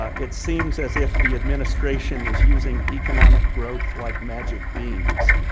ah it seems as if the administration is using economic growth like magic beans.